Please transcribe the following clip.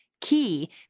key